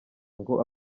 ngo